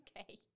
okay